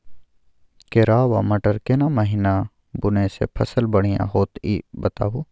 केराव आ मटर केना महिना बुनय से फसल बढ़िया होत ई बताबू?